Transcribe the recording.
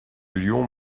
lion